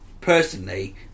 personally